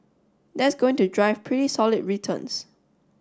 that's going to drive pretty solid returns